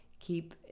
keep